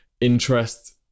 interest